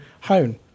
hone